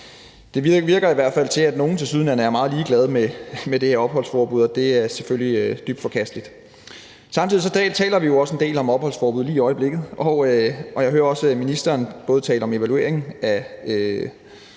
Det virker i hvert fald, som om at nogle tilsyneladende er meget ligeglade med det her opholdsforbud, og det er selvfølgelig dybt forkasteligt. Samtidig taler vi jo også en del om opholdsforbud lige i øjeblikket, og jeg hører også ministeren både tale om evalueringen af